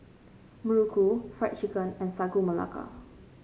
Muruku Fried Chicken and Sagu Melaka